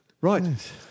Right